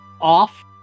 off